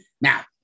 now